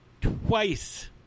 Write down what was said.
twice